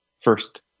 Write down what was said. first